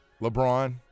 LeBron